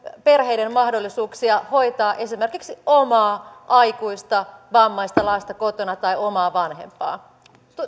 perheiden mahdollisuuksia hoitaa esimerkiksi omaa aikuista vammaista lasta kotona tai omaa vanhempaa